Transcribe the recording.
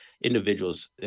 individuals